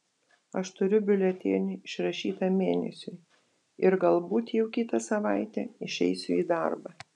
aš turiu biuletenį išrašytą mėnesiui ir galbūt jau kitą savaitę išeisiu į darbą